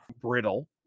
brittle